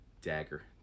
dagger